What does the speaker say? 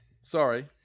Sorry